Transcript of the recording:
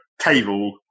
table